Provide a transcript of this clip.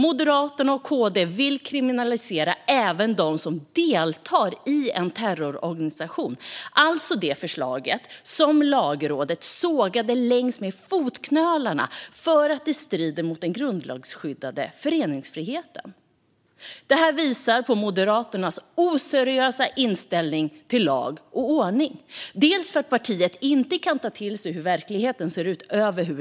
Moderaterna och KD vill kriminalisera även den som deltar i en terrororganisation. Det är alltså det förslag som Lagrådet sågade längs med fotknölarna för att det strider mot den grundlagsskyddade föreningsfriheten. Det här visar på Moderaternas oseriösa inställning till lag och ordning. Partiet kan över huvud taget inte ta till sig hur verkligheten ser ut.